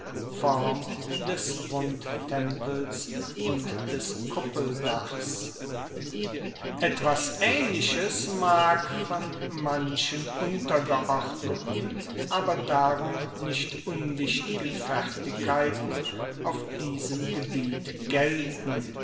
rundtempel mit pfeilern und saeulen ist latinisch etwas aehnliches mag von manchen untergeordneten aber darum nicht unwichtigen fertigkeiten auf diesem gebiet gelten